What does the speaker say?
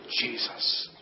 Jesus